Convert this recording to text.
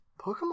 Pokemon